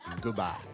goodbye